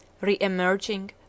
re-emerging